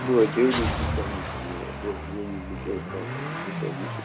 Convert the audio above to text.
بہٕ ہے ڈیلی چھُس تۄہہِ نِش نِوان بہٕ حظ چھُس ییٚمہِ وِزۍ مےٚ کیٚنٛہہ اوس آسان بہٕ چھُس تۄہہِ نِش